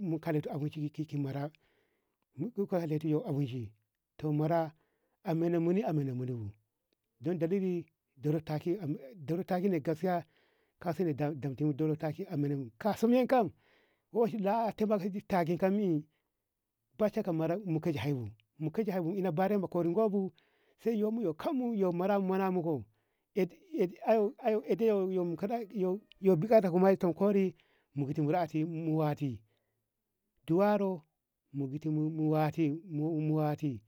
mu kalito abinci ki ki marra mu kalleti binci ton mara ana muni ana muni bu don dalili dara taki dora taki ne gaskia yi damtamudodo kaki a menemu bu kasu mi kam oshila a taimaka ki ba shakka mara mu kaishe bamu mu ina barama kori gaibu sai yumu yu kunmu mara mu mana muko ae ey ey yo bukata koma tam kuni mugtingura shi mu washi dowaro na gittin mu washi mu washi.